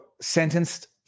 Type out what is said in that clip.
sentenced